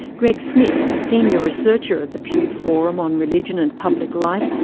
greg smith, a senior researcher at the pew forum on religion and public life,